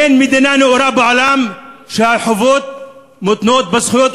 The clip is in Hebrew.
אין מדינה נאורה בעולם שבה החובות מותנות בזכויות,